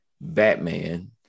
batman